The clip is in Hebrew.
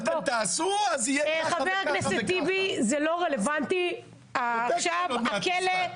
חבר הכנסת טיבי, זה לא רלוונטי עכשיו, הכלא.